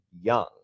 young